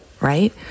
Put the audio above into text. right